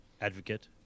advocate